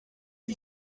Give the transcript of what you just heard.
qui